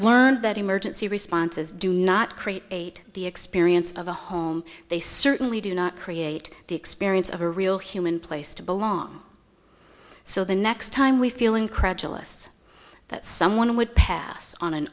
learned that emergency responses do not create the experience of a home they certainly do not create the experience of a real human place to belong so the next time we feel incredulous that someone would pass on an